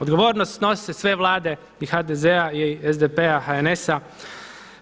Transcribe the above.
Odgovornost snose sve Vlade i HDZ-a i SDP-a, HNS-a.